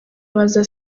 abaza